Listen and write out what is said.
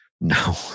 No